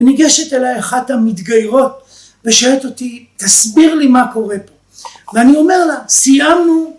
ניגשת אלי אחת המתגיירות ושואלת אותי, תסביר לי מה קורה פה ואני אומר לה, סיימנו.